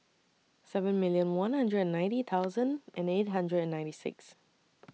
seven million one hundred and ninety thousand and eight hundred and ninety six